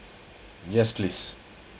yes please